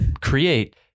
create